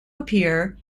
appear